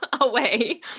away